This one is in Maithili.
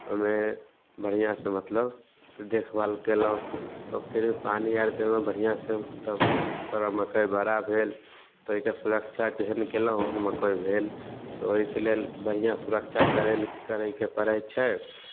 ओहिमे बढ़िआँसँ मतलब देखभाल कयलहुँ तऽ फेर पानि आर देलहुँ बढ़िआँसँ तब थोड़ा मक्कइ बड़ा भेल तऽ ओहिके सुरक्षा जेहन कयलहुँ ओहन मक्कइ भेल तऽ ओहिके लेल बढ़िआँ सुरक्षा करय लेल करयके पड़ै छै